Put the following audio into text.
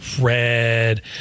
red